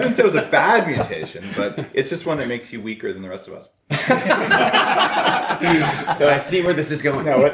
and so was a bad mutation but it's just one that makes you weaker than the rest of us i see where this is going no, but